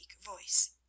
voice